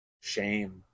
shame